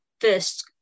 first